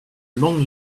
long